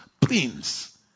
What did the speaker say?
prince